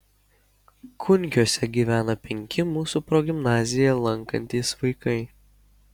kunkiuose gyvena penki mūsų progimnaziją lankantys vaikai